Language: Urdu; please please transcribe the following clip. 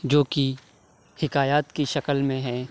جوکہ حکایات کی شکل میں ہے